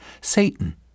Satan